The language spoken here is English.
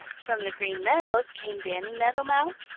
from the green meadows came danny meadow mouse,